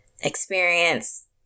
experience